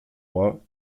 roi